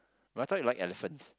but I thought you like elephants